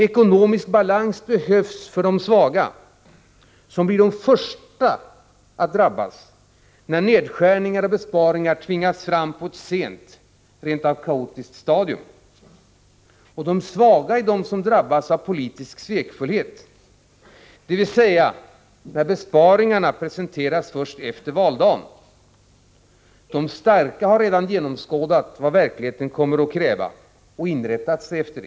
Ekonomisk balans behövs för de svaga, som blir de första att drabbas när nedskärningar och besparingar tvingas fram på ett sent och rent av kaotiskt stadium. De svaga är de som drabbas av politiskt svek, dvs. när besparingarna presenteras först efter valdagen. De starka har redan genomskådat vad verkligheten kommer att kräva och inrättat sig därefter.